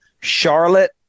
Charlotte